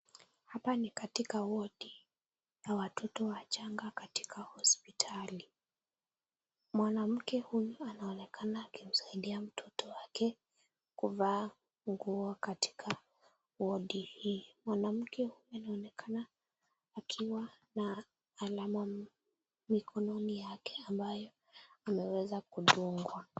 Hapa ni katika wodi ya watoto wachanga katika hosiptali, mwanamke huyu anaonekana akimsaidia mtoto wake kuvaa nguo katika wodi hii, Mwanamke huyu anaonekana akiwa na alama mikononi yake ambayo ameweza kudungwa.